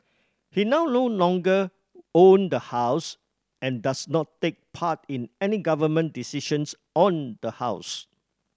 he now no longer own the house and does not take part in any Government decisions on the house